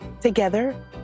Together